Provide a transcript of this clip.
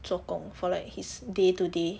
做工 for like his day to day